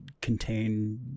contain